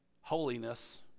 holiness